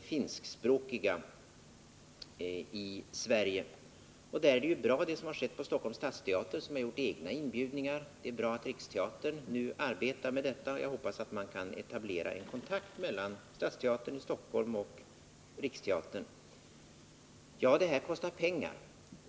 finskspråkiga i Sverige. Och där är ju det som skett på Stockholms stadsteater bra — stadsteatern har gjort egna inbjudningar. Det är bra att Riksteatern nu arbetar med detta, och jag hoppas att man kan etablera en kontakt mellan Stadsteatern i Stockholm och Riksteatern. Ja, det här kostar pengar.